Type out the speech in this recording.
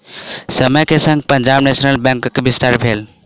समय के संग पंजाब नेशनल बैंकक विस्तार भेल